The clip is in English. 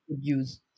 use